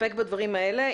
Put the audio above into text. נסתפק בדברים האלה.